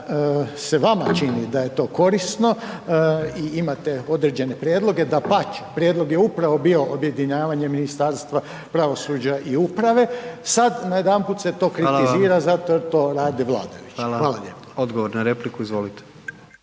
se vama čini da je to korisno, imate određene prijedloge, dapače, prijedlog je upravo bio objedinjavanje Ministarstva pravosuđa i uprave, sad najedanput se to kritizira zato jer to rade vladajući. Hvala lijepa. **Jandroković,